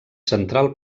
central